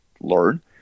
learn